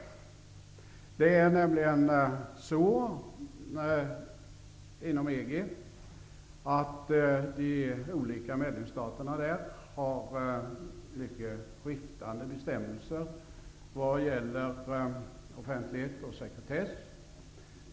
De olika medlemsstaterna inom EG har nämligen mycket skiftande bestämmelser vad gäller offentlighet och sekretess.